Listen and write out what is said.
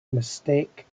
mistake